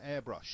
airbrush